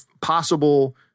possible